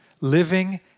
living